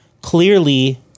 clearly